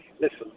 listen